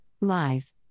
Live